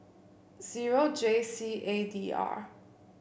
zero J C A D R